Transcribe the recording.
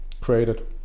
created